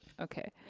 okay.